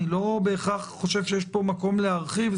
אני לא בהכרח חושב שיש פה מקום להרחיב,